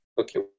okay